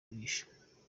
kugurisha